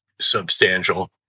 substantial